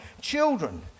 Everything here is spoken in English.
children